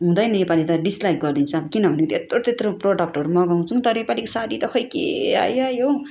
हुँदैन योपालि त डिस्लाइक गरिदिन्छु अब किनभने त्यत्रो त्यत्रो प्रोडक्टहरू मगाउँछौँ तर योपालिको साडी त खोइ के आयो आयो हौ